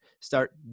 start